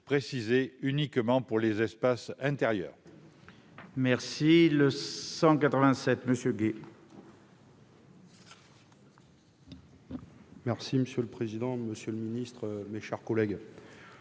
vaut uniquement pour les espaces intérieurs.